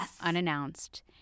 unannounced